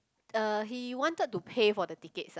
uh he wanted to pay for the tickets ah